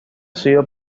sido